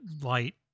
light